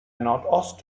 nordost